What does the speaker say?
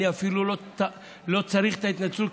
אני אפילו לא צריך את ההתנצלות,